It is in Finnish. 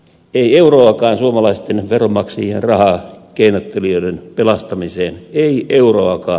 ei euroakaan suomalaisten veronmaksajien rahaa keinottelijoiden pelastamiseen ei euroakaan